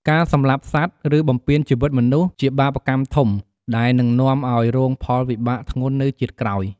ការសម្លាប់សត្វ ឬបំពានជីវិតមនុស្ស ជាបាបកម្មធំ ដែលនឹងនាំឲ្យរងផលវិបាកធ្ងន់នៅជាតិក្រោយ ។